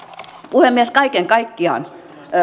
puhemies kaiken kaikkiaan